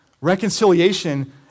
Reconciliation